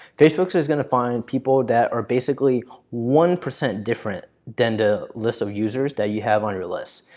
facebook so is gonna find people that are basically one percent different than the list of users that you have on your list.